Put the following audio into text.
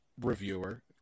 reviewer